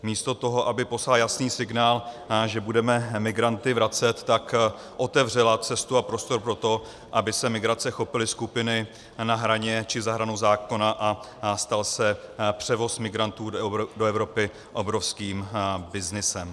Místo toho, aby poslala jasný signál, že budeme migranty vracet, otevřela cestu a prostor pro to, aby se migrace chopily skupiny na hraně či za hranou zákona a stal se převoz migrantů do Evropy obrovským byznysem.